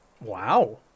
Wow